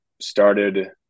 started